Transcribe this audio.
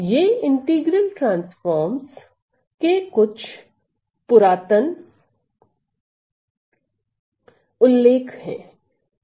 ये integral transforms के कुछ पुरातन उल्लेख हैं